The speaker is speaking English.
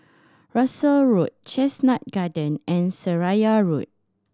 Russel Road Chestnut Garden and Seraya Road